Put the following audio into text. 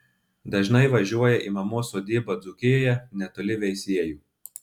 dažnai važiuoja į mamos sodybą dzūkijoje netoli veisiejų